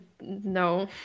no